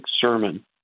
sermon